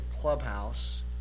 clubhouse